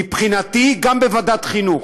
מבחינתי, גם בוועדת חינוך.